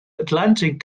atlantic